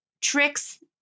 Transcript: tricks